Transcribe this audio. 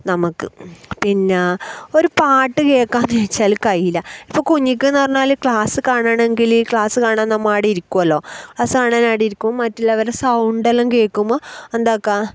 നമുക്ക് പിന്നെ ഒരു പാട്ട് കേൾക്കാമെന്ന് വെച്ചാൽ കഴിയില്ല ഇപ്പം കുഞ്ഞിക്ക് എന്ന് പറഞ്ഞാൽ ക്ലാസ് കാണണമെങ്കിൽ ക്ലാസ് കാണാൻ നമ്മൾ ആട ഇരിക്കുമല്ലോ ക്ലാസ് കാണാൻ ആട ഇരിക്കും മറ്റുള്ളവരുടെ സൗണ്ട് എല്ലാം കേൾക്കുമ്പോൾ എന്താണ് ആക്കുക